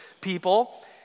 people